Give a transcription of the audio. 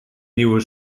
nieuwe